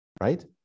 right